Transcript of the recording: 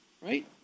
right